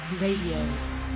RADIO